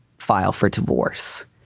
file for divorce,